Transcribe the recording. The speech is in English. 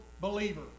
believer